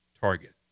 target